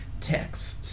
text